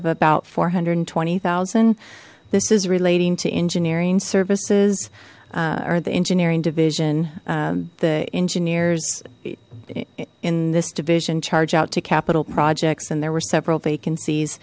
of about four hundred and twenty thousand this is relating to engineering services or the engineering division the engineers in this division charge out to capital projects and there were several vacancies